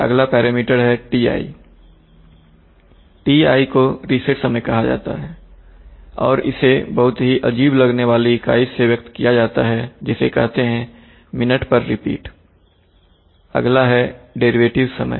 अगला पैरामीटर है Ti Ti को रिसेट समय कहा जाता है और इसे बहुत ही अजीब लगने वाली इकाई से व्यक्त किया जाता है जिसे कहते हैं मिनट रिपीट अगला है डेरिवेटिव समय